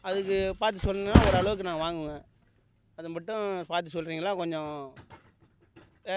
அதுக்கு பார்த்து சொன்னால் ஓரளவுக்கு நான் வாங்குவேன் அது மட்டும் பார்த்து சொல்லுறீங்களா கொஞ்சம் வே